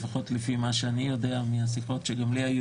לפחות לפי מה שאני יודע מהשיחות שגם לי היו